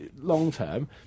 long-term